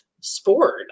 sport